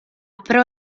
pro